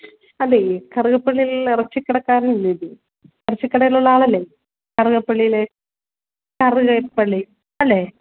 അതേ കറുകപ്പള്ളിയിലുള്ള ഇറച്ചി കടക്കാരനാല്ലേയിത് ഇറച്ചി കടേലുള്ള ആളല്ലേ കറുകപ്പള്ളീലെ കറുകപ്പള്ളി അല്ലേ